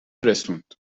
رسوند